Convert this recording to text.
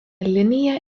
linija